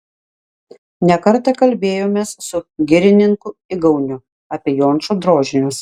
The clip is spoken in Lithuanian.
ne kartą kalbėjomės su girininku igauniu apie jončo drožinius